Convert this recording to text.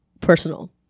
personal